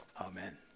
amen